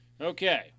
Okay